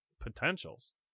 potentials